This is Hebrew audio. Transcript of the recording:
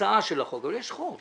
תוצאה של החוק, אבל יש חוק.